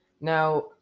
Now